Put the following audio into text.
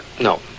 No